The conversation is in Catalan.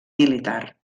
militar